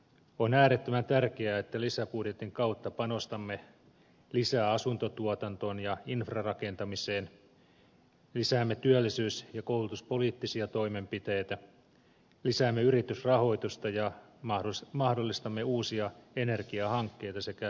on äärettömän tärkeää että lisäbudjetin kautta panostamme lisää asuntotuotantoon ja infrarakentamiseen lisäämme työllisyys ja koulutuspoliittisia toimenpiteitä li säämme yritysrahoitusta ja mahdollistamme uusia energiahankkeita sekä metsäsektorin toimenpiteitä